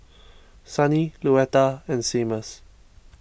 Sunny Luetta and Seamus